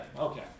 Okay